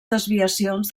desviacions